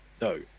No